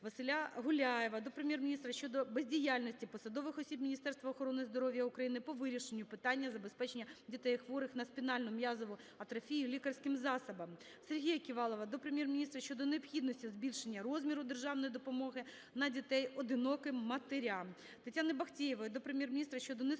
Василя Гуляєва до Прем'єр-міністра щодо бездіяльності посадових осіб Міністерства охорони здоров'я України по вирішенню питання забезпечення дітей хворих на спінальну м'язову атрофію лікарським засобом. Сергія Ківалова до Прем'єр-міністра щодо необхідності збільшення розміру державної допомоги на дітей одиноким матерям (батькам). Тетяни Бахтеєвої до Прем'єр-міністра щодо несвоєчасної